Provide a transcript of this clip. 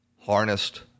Harnessed